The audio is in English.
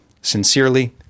Sincerely